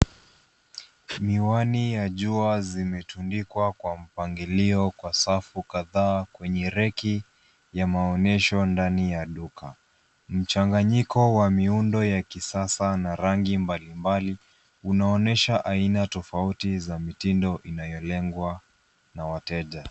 Miwani ya jua zimetundikwa kwa mpangilio kwa safu kadhaa kwenye reki ya maonyesho ndani ya duka . Mchanganyiko wa miundo wa kisasa na rangi mbali mbali unaonesha aina tofauti ya mitindo inayolengwa na wateja.